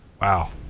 Wow